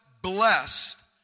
blessed